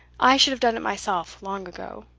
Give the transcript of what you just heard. i should have done it myself long ago.